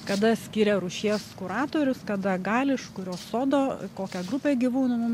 kada skiria rūšies kuratorius kada gali iš kurio sodo kokią grupę gyvūnų mum